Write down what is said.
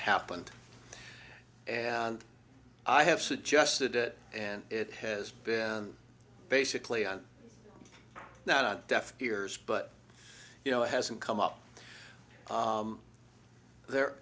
happened and i have suggested it and it has been basically i'm not deaf ears but you know it hasn't come up there